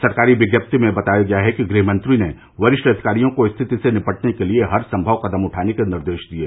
सरकारी विज्ञप्ति में बताया गया है कि गृहमंत्री ने वरिष्ठ अधिकारियों को स्थिति से निपटने के लिए हरसंभव कदम उठाने के निर्देश दिये